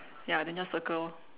ya then just circle lor